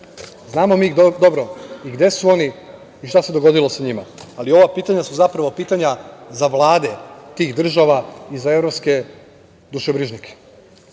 dobro i gde su oni i šta se dogodilo sa njima ali ova pitanja su zapravo pitanja za vlade tih države i za evropske dušebrižnike. Ne